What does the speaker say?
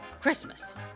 Christmas